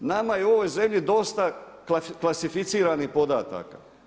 Nama je u ovoj zemlji dosta klasificiranih podataka.